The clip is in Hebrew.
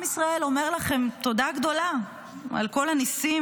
עם ישראל אומר לכם תודה גדולה על כל הניסים